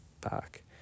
back